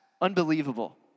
Unbelievable